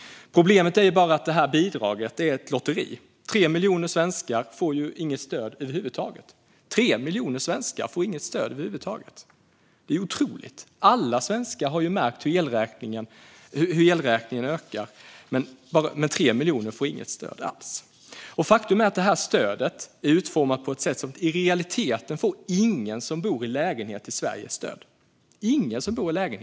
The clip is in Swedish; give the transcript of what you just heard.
Problemet är bara att det här bidraget är ett lotteri, eftersom 3 miljoner svenskar inte får något stöd över huvud taget. Det är otroligt! Alla svenskar har ju märkt hur elpriserna ökar, men 3 miljoner får inget stöd alls. Faktum är att detta stöd är utformat på ett sätt som i realiteten gör att ingen som bor i lägenhet i Sverige får stöd. Fru talman!